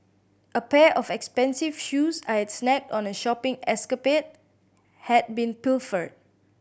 a pair of expensive shoes I had snagged on a shopping escapade had been pilfered